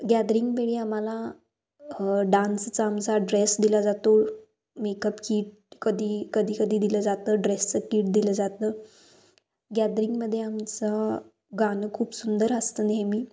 गॅदरिंगवेळी आम्हाला डान्सचा आमचा ड्रेस दिला जातो मेकप कीट कधी कधी कधी दिलं जातं ड्रेसचं कीट दिलं जातं गॅदरिंगमध्ये आमचं गाणं खूप सुंदर असतं नेहमी